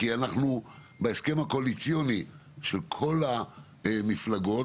כי בהסכם הקואליציוני של כל המפלגות